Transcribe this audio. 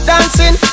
Dancing